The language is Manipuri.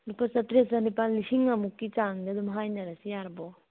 ꯂꯨꯄꯥ ꯆꯥꯇꯔꯦꯠ ꯆꯅꯤꯄꯥꯜ ꯂꯤꯁꯤꯡ ꯑꯃꯃꯨꯛꯀꯤ ꯆꯥꯡꯗ ꯑꯗꯨꯝ ꯍꯥꯏꯅꯔꯁꯦ ꯌꯥꯔꯕꯣ